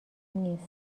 نیست